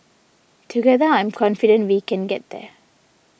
together I'm confident we can get there